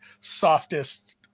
softest